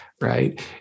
Right